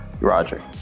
Roger